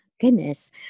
goodness